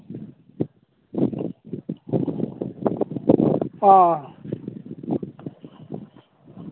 ꯑꯥ